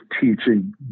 teaching